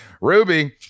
Ruby